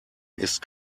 ist